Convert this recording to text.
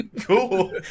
cool